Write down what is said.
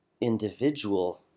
individual